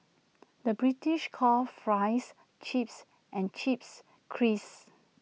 the British calls Fries Chips and Chips Crisps